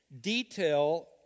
Detail